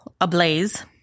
ablaze